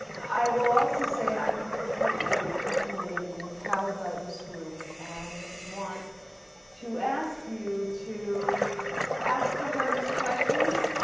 i will also say i am completely intimidated and cowed by this group and want to ask you to ask the hardest questions,